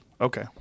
Okay